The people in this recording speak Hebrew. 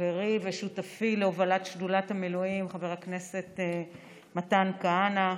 חברי ושותפי להובלת שדולת המילואים חבר הכנסת מתן כהנא,